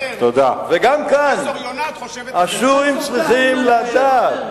מתמטיקאים, פרופסור עדה יונת חושבת אחרת.